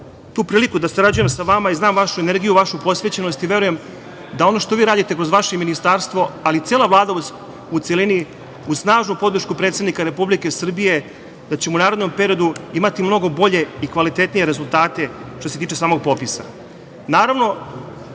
tu priliku da sarađujem sa vama i znam vašu energiju i vašu posvećenost. Verujem da ono što vi radite kroz vaše ministarstvo, ali i Vlada u celini, uz snažnu podršku predsednika Republike Srbije, da ćemo u narednom periodu imati mnogo bolje i kvalitetnije rezultate što se tiče samog popisa. Naravno